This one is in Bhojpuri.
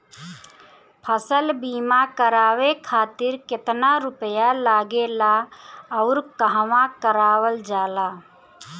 फसल बीमा करावे खातिर केतना रुपया लागेला अउर कहवा करावल जाला?